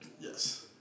Yes